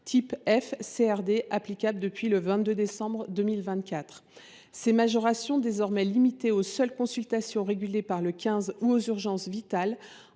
type F et CRD, applicables depuis le 22 décembre 2024. Ces majorations, désormais limitées aux seules consultations régulées par le 15 ou aux urgences vitales,